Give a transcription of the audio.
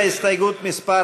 מצביעים על הסתייגות מס'